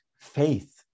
faith